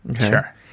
Sure